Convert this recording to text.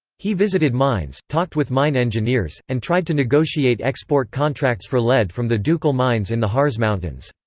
he visited mines, talked with mine engineers, and tried to negotiate export contracts for lead from the ducal mines in the harz mountains.